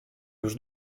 już